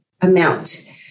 amount